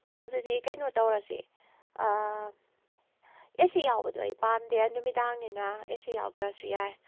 ꯑꯣ ꯑꯗꯨꯗꯤ ꯀꯩꯅꯣ ꯇꯧꯔꯁꯦ ꯑꯦꯁꯤ ꯌꯥꯎꯕꯗꯣ ꯑꯩ ꯄꯥꯝꯗꯦ ꯅꯨꯃꯤꯗꯥꯡꯅꯤꯅ ꯑꯦꯁꯤ ꯌꯥꯎꯗ꯭ꯔꯁꯨ ꯌꯥꯏ